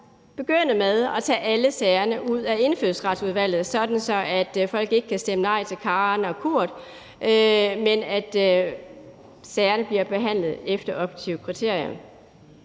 begynde med at tage alle sagerne ud af Indfødsretsudvalget, sådan at folk ikke kan stemme nej til Karen og Kurt, men at sagerne bliver behandlet efter objektive kriterier.